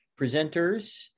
presenters